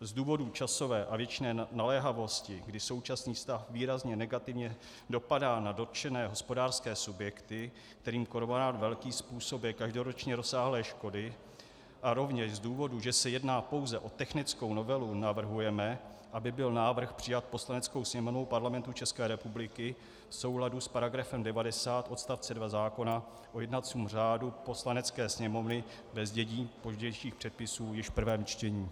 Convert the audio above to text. Z důvodu časové a věcné naléhavosti, kdy současný stav výrazně negativně dopadá na dotčené hospodářské subjekty, kterým kormorán velký způsobuje každoročně rozsáhlé škody, a rovněž z důvodu, že se jedná pouze o technickou novelu, navrhujeme, aby byl návrh přijat Poslaneckou sněmovnou Parlamentu ČR v souladu s § 90 odst. 2 zákona o jednacím řádu Poslanecké sněmovny ve znění pozdějších předpisů již v prvém čtení.